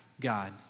God